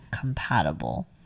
compatible